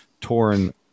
torn